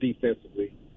defensively